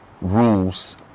rules